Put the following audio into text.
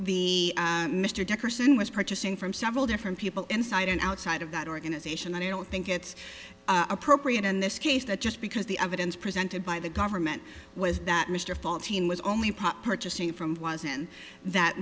dickerson was purchasing from several different people inside and outside of that organization and i don't think it's appropriate in this case that just because the evidence presented by the government was that mr fall teen was only part purchasing from was and that